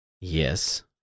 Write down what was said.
Yes